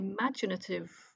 imaginative